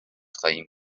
خواهیم